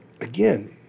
again